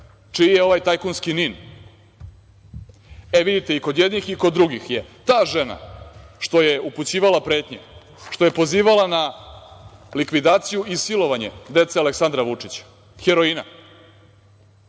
Čiji je ovaj tajkunski NIN? E, vidite, i kod jednih i kod drugih je ta žena što je upućivala pretnje, što je pozivala na likvidaciju i silovanje dece Aleksandra Vučića, heroina.